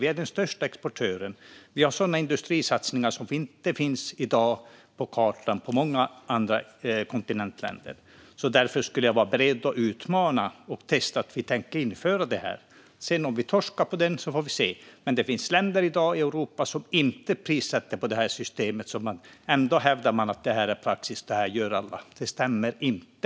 Vi är den största exportören. Vi har industrisatsningar som i dag inte finns på kartan i många andra länder på kontinenten. Därför skulle jag vara beredd att utmana och testa med att säga att vi tänker införa detta. Om vi sedan torskar på det får vi se. Det finns länder i Europa som i dag inte prissätter enligt detta system, men ändå hävdar man att detta är praxis och att alla gör det. Det stämmer inte.